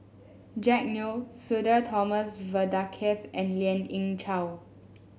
Jack Neo Sudhir Thomas Vadaketh and Lien Ying Chow